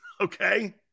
Okay